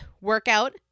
workout